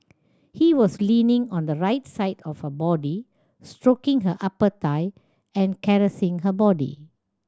he was leaning on the right side of her body stroking her upper thigh and caressing her body